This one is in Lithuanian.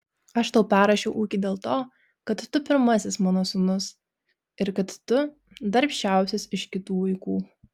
aš tau perrašiau ūkį dėl to kad tu pirmasis mano sūnus ir kad tu darbščiausias iš kitų vaikų